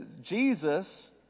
Jesus